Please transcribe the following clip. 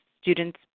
student's